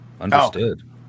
understood